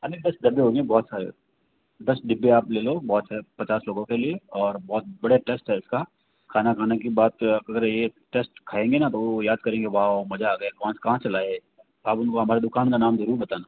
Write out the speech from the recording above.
हाँ जी दस डब्बे होंगे बहुत सारे दस डिब्बे आप ले लो बहुत हैं पचास लोगों के लिए और बहुत बढ़िया टेस्ट है इसका खाना खाने के बाद आप अगर यह टेस्ट खाएंगे ना तो याद करेंगे वॉव मजा आ गया कौन कहाँ से लाया यह आप उनको हमारी दुकान का नाम ज़रूर बताना